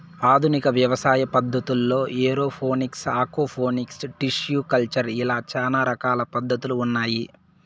ఆధునిక వ్యవసాయ పద్ధతుల్లో ఏరోఫోనిక్స్, ఆక్వాపోనిక్స్, టిష్యు కల్చర్ ఇలా చానా రకాల పద్ధతులు ఉన్నాయి